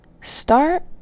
Start